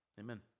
Amen